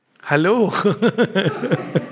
Hello